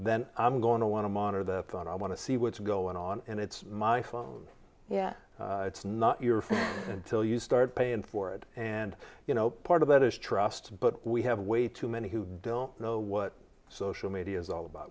then i'm going to want to monitor the phone i want to see what's going on and it's my phone yeah it's not your phone till you start paying for it and you know part of that is trust but we have way too many who don't know what social media is all about